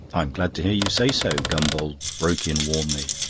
i'm glad to hear you say so, gombauld broke in warmly.